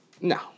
No